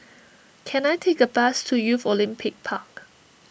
can I take a bus to Youth Olympic Park